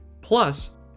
Plus